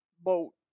boat